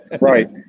Right